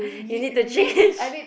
you need to change